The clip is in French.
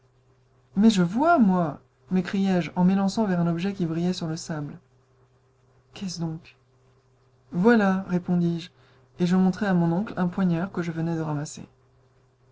mais je vois moi m'écriai-je en m'élançant vers un objet qui brillait sur le sable qu'est-ce donc voilà répondis-je et je montrai à mon oncle un poignard que je venais de ramasser